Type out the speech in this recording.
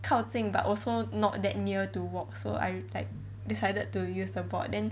靠近 but also not that near to walk so I like decided to use the board then